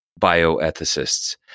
bioethicists